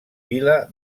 vila